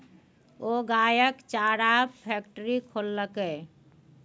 ओ गायक चाराक फैकटरी खोललकै